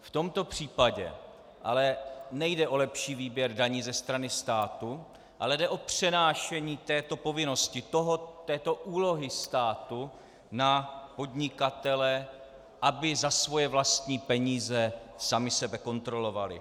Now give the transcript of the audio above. V tomto případě ale nejde o lepší výběr daní ze strany státu, ale jde o přenášení této povinnosti, této úlohy státu, na podnikatele, aby za svoje vlastní peníze sami sebe kontrolovali.